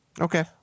okay